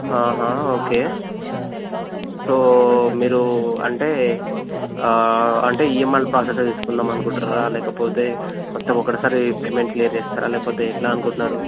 okay so మీరు అంటే అంటే ఈఎంఐ ప్రాసెస్లో తీసుకుందాం అనుకుంటున్నారా లేకపోతే మొత్తం ఒకటేసారి పేమెంట్ క్లియర్ చేస్తారా లేకపోతే ఎట్లా అనుకుంటున్నారు